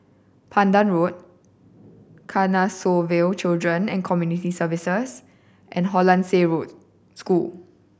Pandan Road Canossaville Children and Community Services and Hollandse Road School